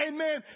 Amen